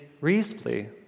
reasonably